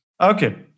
Okay